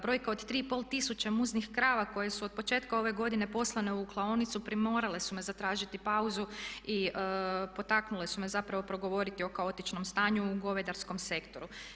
Brojka od 3,5 tisuće muznih krava koje su od početka ove godine poslane u klaonicu primorale su me zatražiti pauzu i potaknule su me zapravo progovoriti o kaotičnom stanju u govedarskom sektoru.